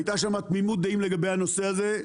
הייתה שם תמימות דעים לגבי הנושא הזה.